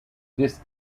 this